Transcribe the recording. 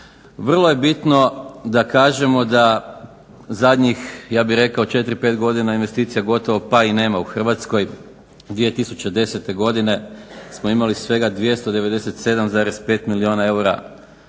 Vrlo je bitno da kažemo da zadnjih ja bih rekao 4, 5 godina investicija gotovo pa i nema u Hrvatskoj. 2010. Godine smo imali svega 297,5 milijuna eura